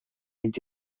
vint